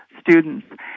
students